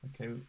okay